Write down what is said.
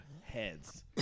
heads